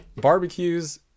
barbecues